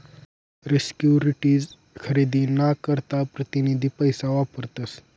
securities खरेदी ना करता प्रतीनिधी पैसा वापरतस